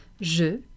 Je